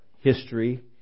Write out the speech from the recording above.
history